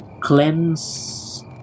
cleanse